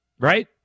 Right